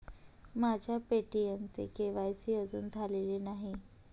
माझ्या पे.टी.एमचे के.वाय.सी अजून झालेले नाही